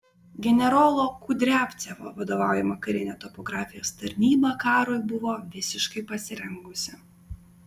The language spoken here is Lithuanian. generolo kudriavcevo vadovaujama karinė topografijos tarnyba karui buvo visiškai pasirengusi